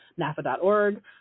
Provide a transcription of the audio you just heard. NAFA.org